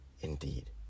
indeed